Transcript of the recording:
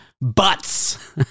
butts